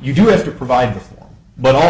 you do have to provide before but